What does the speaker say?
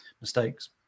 mistakes